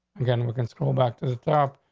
again, we can scroll back to the top,